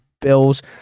bills